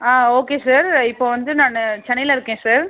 ஆ okay sir இப்போ வந்து நான் சென்னையில இருக்கேன் சார்